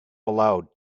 allowed